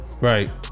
Right